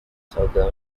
southern